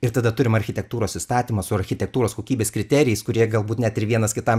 ir tada turim architektūros įstatymus architektūros kokybės kriterijais kurie galbūt net ir vienas kitam